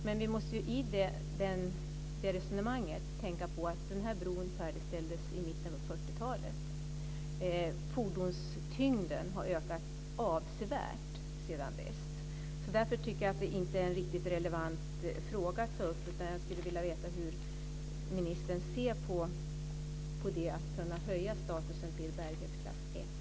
Men vi måste då tänka på att bron färdigställdes i mitten på 40-talet. Fordonstyngden har ökat avsevärt sedan dess. Därför tycker jag inte att det är relevant att ta upp det. Jag skulle vilja veta hur ministern ser på möjligheten att höja statusen till bärighetsklass 1.